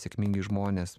sėkmingi žmones